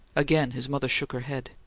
again his mother shook her head.